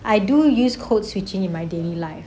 I do use code switching in my daily life